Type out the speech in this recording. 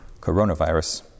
coronavirus